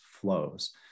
flows